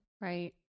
Right